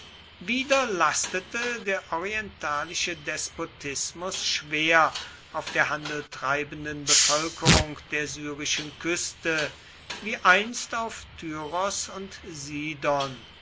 wieder lastete der orientalische despotismus schwer auf der handeltreibenden bevölkerung der syrischen küste wie einst auf tyros und sidon